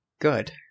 Good